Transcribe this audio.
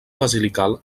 basilical